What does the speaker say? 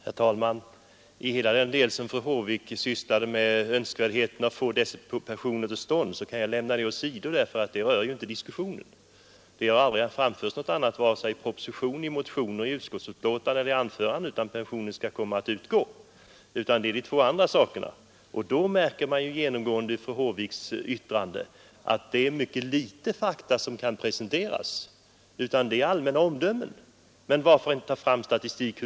Herr talman! Hela den del av sitt anförande där fru Håvik sysslade med önskvärdheten av att få dessa pensioner till stånd kan jag lämna åt sidan, därför att den hör inte till diskussionen. Det har aldrig framförts någonting annat än att pensioner skall utgå i vare sig propositionen, motioner, utskottsbetänkande eller anföranden. Det gäller de två andra sakerna, och då märker man genast av fru Håviks yttrande att det är mycket litet av fakta som kan presenteras. Det är allmänna omdömen. Varför tar fru Håvik inte fram statistik?